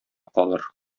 калыр